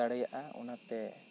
ᱫᱟᱲᱮᱭᱟᱜᱼᱟ ᱚᱱᱟᱛᱮ